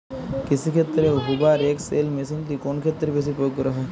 কৃষিক্ষেত্রে Hoover XL মেশিনটি কোন ক্ষেত্রে বেশি প্রয়োগ করা হয়?